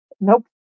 Nope